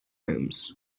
rooms